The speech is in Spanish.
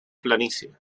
planicie